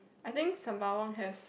I think Sembawang has